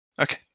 Okay